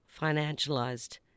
financialized